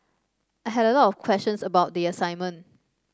I had a lot of questions about the assignment